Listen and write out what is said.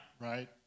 right